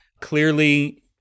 Clearly